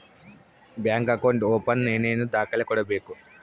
Bank account open ಏನೇನು ದಾಖಲೆ ಕೊಡಬೇಕು?